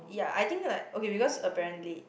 ya I think like okay because apparently